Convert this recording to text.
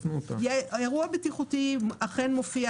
אירוע בטיחותי מופיע